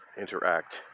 interact